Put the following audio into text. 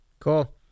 Cool